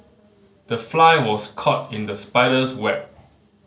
the fly was caught in the spider's web